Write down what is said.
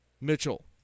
Mitchell